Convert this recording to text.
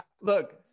look